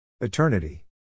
Eternity